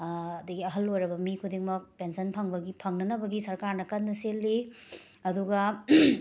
ꯑꯗꯒꯤ ꯑꯍꯜ ꯑꯣꯏꯔꯕ ꯃꯤ ꯈꯨꯗꯤꯡꯃꯛ ꯄꯦꯟꯁꯟ ꯐꯪꯕꯒꯤ ꯐꯪꯅꯅꯕꯒꯤ ꯁꯔꯀꯥꯔꯅ ꯀꯟꯅ ꯁꯤꯜꯂꯤ ꯑꯗꯨꯒ